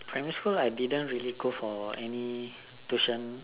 primary school I didn't really go for any tuition